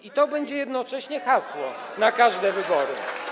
I to będzie jednocześnie hasło na każde wybory.